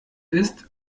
ist